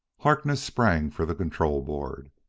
harkness sprang for the control-board.